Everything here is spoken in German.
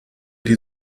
die